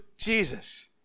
Jesus